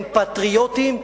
הם פטריוטים,